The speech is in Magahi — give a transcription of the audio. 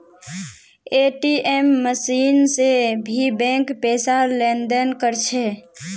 ए.टी.एम मशीन से भी बैंक पैसार लेन देन कर छे